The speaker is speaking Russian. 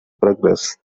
прогресс